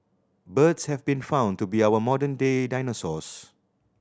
birds have been found to be our modern day dinosaurs